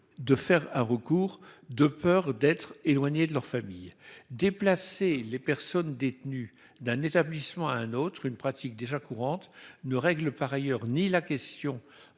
d'intenter un recours, de peur d'être éloignés de leur famille. Déplacer les personnes détenues d'un établissement à un autre est une pratique déjà courante, mais qui ne règle ni la question